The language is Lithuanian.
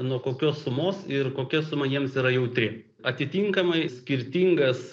nuo kokios sumos ir kokia suma jiems yra jautri atitinkamai skirtingas